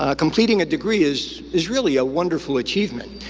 ah completing a degree is is really a wonderful achievement,